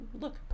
look